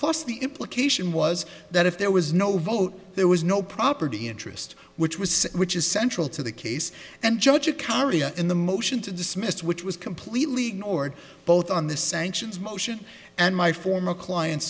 plus the implication was that if there was no vote there was no property interest which was which is central to the case and judge a carrier in the motion to dismiss which was completely ignored both on the sanctions motion and my former client